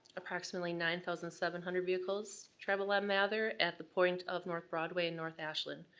approximately nine thousand seven hundred vehicles travel on mather at the point of north broadway and north ashland.